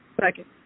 Second